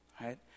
right